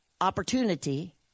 opportunity